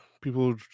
people